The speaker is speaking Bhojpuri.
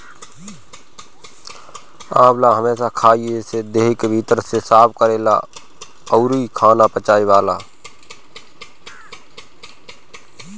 आंवला हमेशा खइला से देह के भीतर से साफ़ करेला अउरी खाना पचावेला